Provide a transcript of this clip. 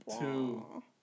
two